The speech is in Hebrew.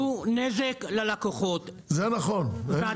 זה נכון, אין ויכוח.